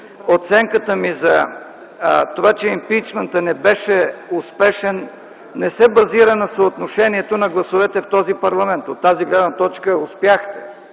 оценката ми за това, че импийчмънта не беше успешен не се базира на съотношението на гласовете в този парламент. От тази гледна точка успяхте